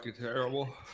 terrible